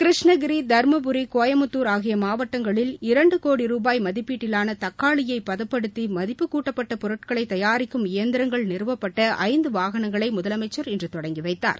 கிருஷ்ணகிரி தருமபுரி கோயம்புத்தூர் ஆகிய மாவட்டங்களில் இரண்டு கோடி ருபாய் மதிப்பீட்டிலான தக்காளியை பதப்படுத்தி மதிப்புக் கூட்டப்பட்ட பொருட்களை தயாரிக்கும் இயந்திரங்கள் நிறுவப்பட்ட ஐந்து வாகனங்களை முதலமைச்சர் இன்று தொடங்கி வைத்தார்